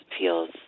feels